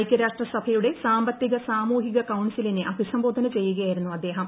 ഐക്യരാഷ്ട്രസഭയുടെ സാമ്പത്തിക സാമൂഹിക കൌൺസിലിനെ അഭിസംബോധന ചെയ്യുകയായിരുന്നു അദ്ദേഹം